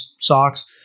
socks